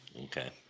Okay